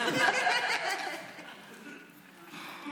תן להם סוכריות להמתיק את,